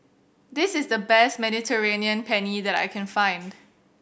this is the best Mediterranean Penne that I can find